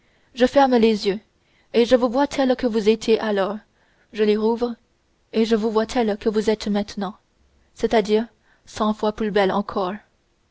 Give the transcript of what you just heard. je ferme les yeux et je vous vois telle que vous étiez alors je les rouvre et je vous vois telle que vous êtes maintenant c'est-à-dire cent fois plus belle encore